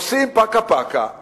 עושים פקה-פקה,